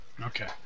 Okay